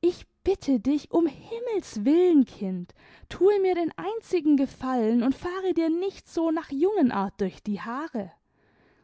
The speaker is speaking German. ich bitte dich ums himmels willen kind thue mir den einzigen gefallen und fahre dir nicht so nach jungenart durch die haare